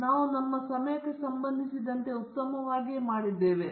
ಮತ್ತೆ ನಾವು ಸಮಯಕ್ಕೆ ಸಂಬಂಧಿಸಿದಂತೆ ಹೇಗೆ ಮಾಡುತ್ತಿದ್ದೇವೆ